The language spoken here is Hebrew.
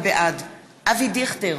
בעד אבי דיכטר,